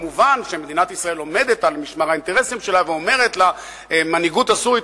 מובן שמדינת ישראל עומדת על משמר האינטרסים שלה ואומרת למנהיגות הסורית,